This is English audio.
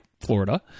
Florida